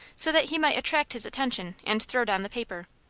so that he might attract his attention and throw down the paper.